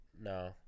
No